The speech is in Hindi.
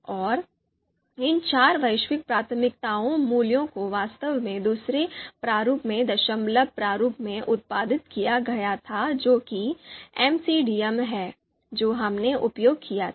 और इन चार वैश्विक प्राथमिकताओं मूल्यों को वास्तव में दूसरे प्रारूप में दशमलव प्रारूप में उत्पादित किया गया था जो कि MCDA है जो हमने उपयोग किया था